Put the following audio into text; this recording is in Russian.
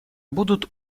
будут